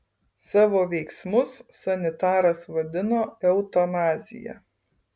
savo veiksmus sanitaras vadino eutanazija